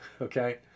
okay